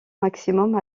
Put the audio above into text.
maximum